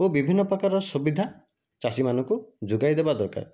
ଓ ବିଭିନ୍ନ ପ୍ରକାର ସୁବିଧା ଚାଷୀ ମାନଙ୍କୁ ଯୋଗାଇ ଦେବା ଦରକାର